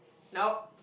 nope